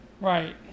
Right